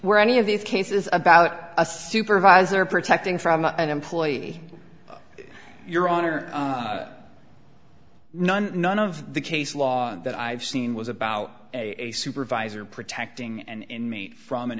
were any of these cases about a supervisor protecting from an employee your honor none none of the case law that i've seen was about a supervisor protecting an inmate from an